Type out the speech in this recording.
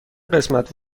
قسمت